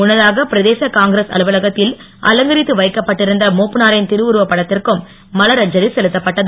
முன்னதாக பிரதேச காங்கிரஸ் அலுவலகத்தில் அலங்கரித்து வைக்கப்பட்டிருந்த ழப்பனாரின் திருவுருப்படத்திற்கும் மலர் அஞ்சலி செலுத்தப்பட்டது